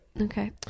Okay